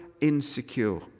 insecure